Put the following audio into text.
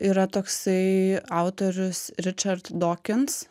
yra toksai autorius ričard dokins